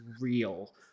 real